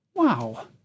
wow